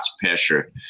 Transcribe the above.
pressure